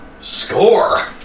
Score